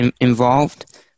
involved